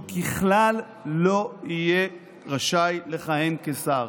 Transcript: הוא ככלל לא יהיה רשאי לכהן כשר,